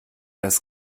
das